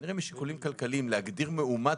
(כנראה משיקולים כלכליים) להגדיל מאומת